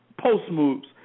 post-moves